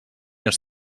ens